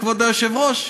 כבוד היושב-ראש?